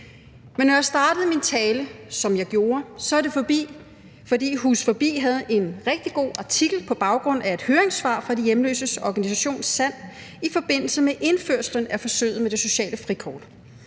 Men når jeg startede min tale, som jeg gjorde, er det, fordi Hus Forbi havde en rigtig god artikel på baggrund af et høringssvar fra de hjemløses organisation, SAND, i forbindelse med indførelsen af forsøget med det sociale frikort.